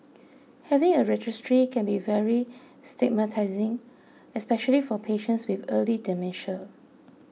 having a registry can be very stigmatising especially for patients with early dementia